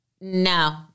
no